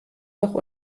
doch